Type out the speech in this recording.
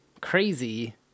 crazy